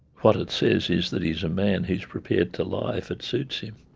what it says is that he is a man who is prepared to lie if it suits him.